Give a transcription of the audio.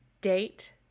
date